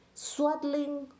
swaddling